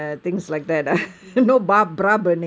yes I do